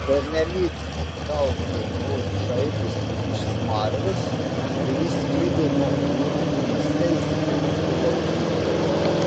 pernelyg daug jo brolių šaipėsi iš smarvės kuri sklido nuo kurmių mieste įsikūrusių laukinių